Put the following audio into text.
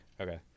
Okay